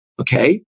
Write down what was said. Okay